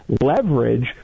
leverage